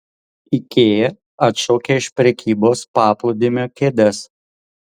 ikea atšaukia iš prekybos paplūdimio kėdes